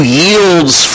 yields